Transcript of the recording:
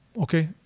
okay